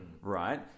right